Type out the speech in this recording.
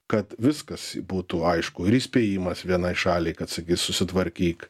kad viskas būtų aišku ir įspėjimas vienai šaliai kad sakys susitvarkyk